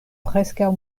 preskaŭ